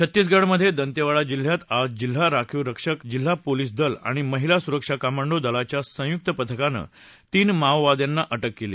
छत्तीसगडमधे दांतेवाडा जिल्ह्यात आज जिल्हा राखीव रक्षक जिल्हा पोलीस दल आणि महिला सुरक्षा कमांडो दलाच्या संयुक् पथकानं तीन माओवाद्यांना अटक केली